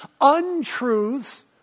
untruths